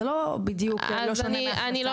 זה לא בדיוק לא שונה מהכנסה אחרת --- אני לא